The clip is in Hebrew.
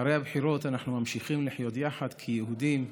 אחרי הבחירות אנחנו ממשיכים לחיות יחד כיהודים,